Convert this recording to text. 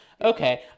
okay